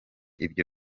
ibyo